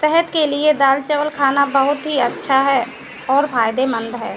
सेहत के लिए दाल चावल खाना बहुत ही अच्छा है और फायदेमंद है